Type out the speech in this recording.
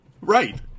Right